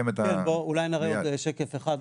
אולי נראה עוד שקף אחד,